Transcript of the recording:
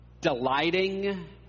delighting